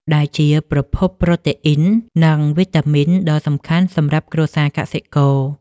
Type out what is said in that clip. ដែលជាប្រភពប្រូតេអ៊ីន និងវីតាមីនដ៏សំខាន់សម្រាប់គ្រួសារកសិករ។